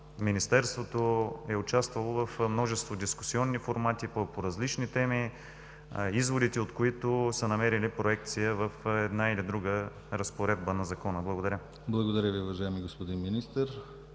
Министерството е участвало в множество дискусионни формати по различни теми, изводите от които са намерили проекция в една или друга разпоредба на Закона. Благодаря. ПРЕДСЕДАТЕЛ ДИМИТЪР ГЛАВЧЕВ: Благодаря Ви, уважаеми господин Министър,